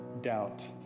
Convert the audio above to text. doubt